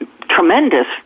tremendous